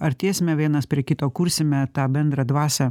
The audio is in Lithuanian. artėsime vienas prie kito kursime tą bendrą dvasią